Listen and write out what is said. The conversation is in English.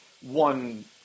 one